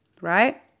right